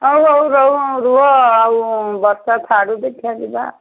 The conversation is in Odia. ହଉ ହଉ ରହୁ ରୁହ ଆଉ ବର୍ଷା ଛାଡ଼ୁ ଦେଖିବା ଯିବା